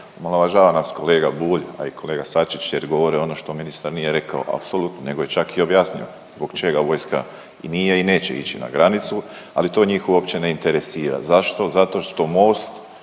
omalovažava nas kolega Bulj, a i kolega Sačić jer govori ono što ministar nije rekao apsolutno nego je čak i objasnio zbog čega vojska nije i neće ići na granicu, ali to njih uopće ne interesira. Zašto? Zato što Most